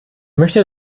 möchte